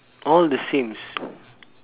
all the sames